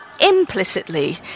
implicitly